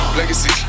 Legacy